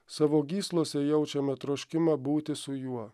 savo gyslose jaučiame troškimą būti su juo